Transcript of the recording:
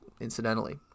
incidentally